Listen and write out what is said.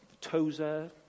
Tozer